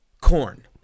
corn